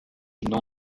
nom